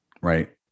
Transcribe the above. right